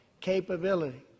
capability